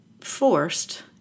forced